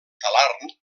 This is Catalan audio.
talarn